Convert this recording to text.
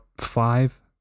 five